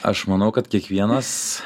aš manau kad kiekvienas